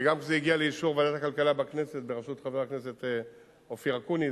וגם כשזה הגיע לאישור ועדת הכלכלה בכנסת בראשות חבר הכנסת אופיר אקוניס,